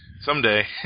Someday